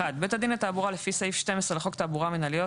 (1)בית דין לתעבורה לפי סעיף 12 לחוק הפרות תעבורה מינהליות,